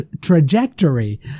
trajectory